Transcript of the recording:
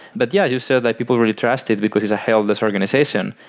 but yeah. you said, like people really trust it because it's a headless organization.